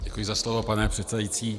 Děkuji za slovo, pane předsedající.